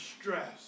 stress